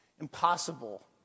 impossible